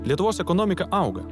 lietuvos ekonomika auga